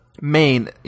main